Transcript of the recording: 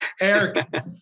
Eric